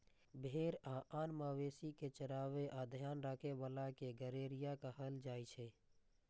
भेड़ आ आन मवेशी कें चराबै आ ध्यान राखै बला कें गड़ेरिया कहल जाइ छै